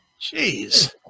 Jeez